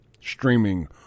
streaming